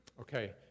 Okay